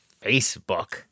Facebook